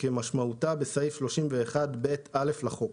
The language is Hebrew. כמשמעותה בסעיף 31ב(א) לחוק".